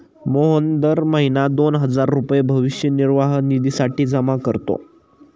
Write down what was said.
मोहन दर महीना दोन हजार रुपये भविष्य निर्वाह निधीसाठी जमा करतो